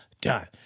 done